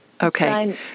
Okay